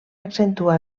accentuar